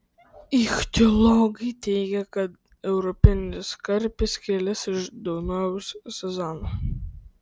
ichtiologai teigia kad europinis karpis kilęs iš dunojaus sazano